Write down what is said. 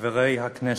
חברי הכנסת,